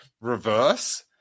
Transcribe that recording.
reverse